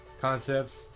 concepts